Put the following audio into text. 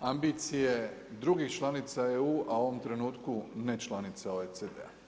ambicije drugih članica EU, a u ovom trenutku ne članica OECD-a.